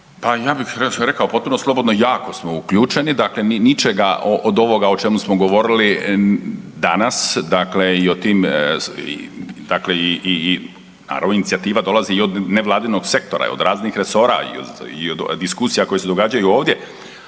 Pa ja bih rekao potpuno slobodno jako smo uključeni, dakle mi ničega od ovoga o čemu smo govorili danas i o tim dakle naravno inicijativa dolazi i od nevladinog sektora i od raznih resora i od diskusija koje se događaju ovdje,